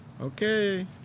Okay